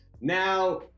now